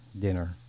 dinner